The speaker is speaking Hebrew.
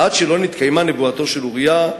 עד שלא נתקיימה נבואתו של אוריה,